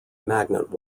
magnet